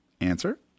Answer